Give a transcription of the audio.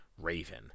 Raven